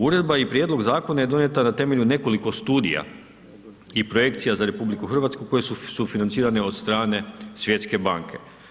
Uredba i prijedlog zakona je donijeta na temelju nekoliko studija i projekcija za RH koje su sufinancirane od strane Svjetske banke.